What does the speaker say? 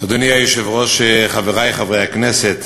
אדוני היושב-ראש, חברי חברי הכנסת,